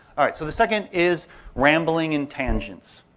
so the second is rambling and tangents.